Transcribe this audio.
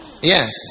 Yes